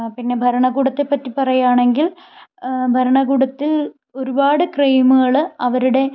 പിന്നെ ഭരണകൂടത്തെ പറ്റി പറയുകയാണെങ്കിൽ ഭരണകൂടത്തിൽ ഒരുപാട് ക്രൈമുകൾ അവരുടെ